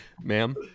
Ma'am